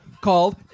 called